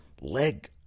leg